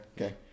okay